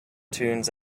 tunes